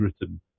written